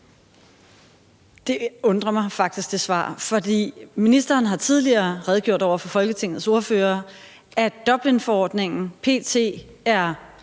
svar undrer mig faktisk, for ministeren har tidligere redegjort over for Folketingets ordførere, at Dublinforordningen p.t. er